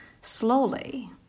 slowly